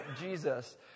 jesus